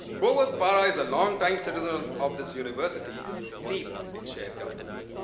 provost para is a long-time citizen of this university steeped in shared governance.